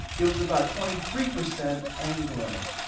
it was about twenty three percent anglo.